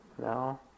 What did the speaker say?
No